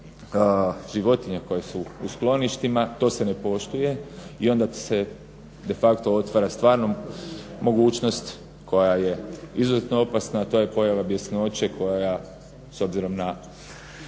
životinja koje su u skloništima to se ne poštuje i onda se de facto otvara stvarno mogućnost koja je izuzetno opasna, a to je pojava bjesnoće koja s obzirom na